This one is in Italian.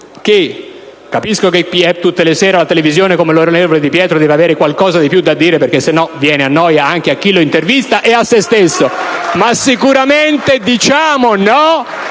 - capisco che chi è tutte le sere in televisione come l'onorevole Di Pietro deve avere qualcosa di più da dire, altrimenti viene a noia anche a chi lo intervista e a se stesso - sicuramente diciamo no